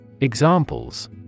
Examples